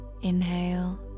Inhale